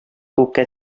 күккә